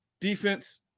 Defense